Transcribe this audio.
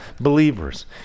believers